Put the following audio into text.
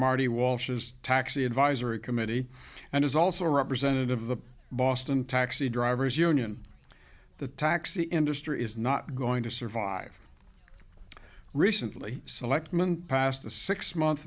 marty walsh as taxi advisory committee and is also representative of the boston taxi drivers union the taxi industry is not going to survive recently selectman passed a six month